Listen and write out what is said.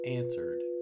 answered